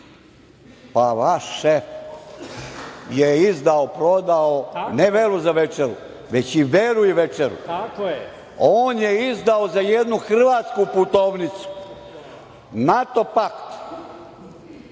pa vaš šef je izdao, prodao ne veru za večeru, već i veru i večeru. On je izdao za jednu hrvatsku Putovnicu, NATO pakt.